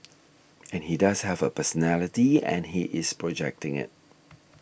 and he does have a personality and he is projecting it